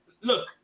Look